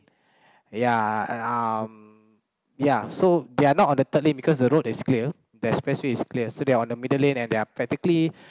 ya um ya so they are not on the third lane because the road is clear the expressway is clear so they are on the middle lane and they're practically